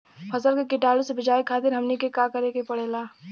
फसल के कीटाणु से बचावे खातिर हमनी के का करे के पड़ेला?